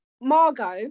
Margot